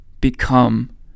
become